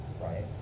right